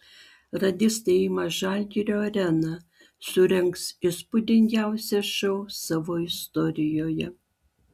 radistai ima žalgirio areną surengs įspūdingiausią šou savo istorijoje